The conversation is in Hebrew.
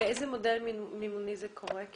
באיזה מודל מימוני זה קורה?